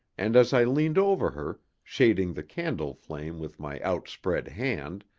and as i leaned over her, shading the candle flame with my outspread hand,